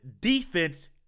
defense